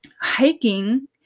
hiking